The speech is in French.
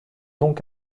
donc